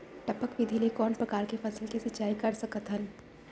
टपक विधि ले कोन परकार के फसल के सिंचाई कर सकत हन?